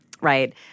Right